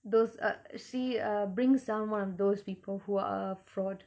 those uh she uh brings down one of those people who are a fraud